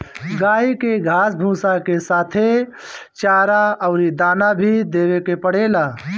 गाई के घास भूसा के साथे चारा अउरी दाना भी देवे के पड़ेला